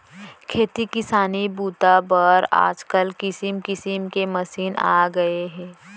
खेती किसानी बूता बर आजकाल किसम किसम के मसीन आ गए हे